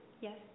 Yes